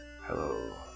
hello